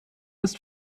ist